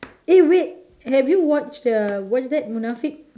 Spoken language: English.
eh wait have you watched the what is that munafik